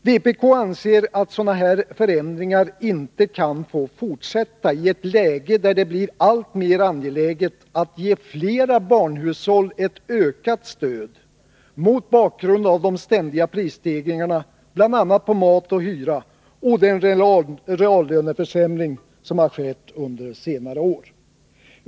Vpk anser att sådana här förändringar inte kan få fortsätta, i ett läge där det blir alltmera angeläget att ge flera barnfamiljshushåll ett ökat stöd, mot bakgrund av ständiga prisstegringar, bl.a. på mat och hyra, och den reallöneförsämring som har skett under senare år.